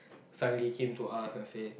silently came to us and said